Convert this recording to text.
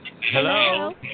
Hello